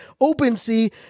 OpenSea